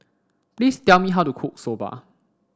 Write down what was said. please tell me how to cook Soba